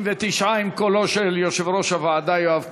69, עם קולו של יושב-ראש הוועדה יואב קיש,